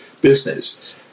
business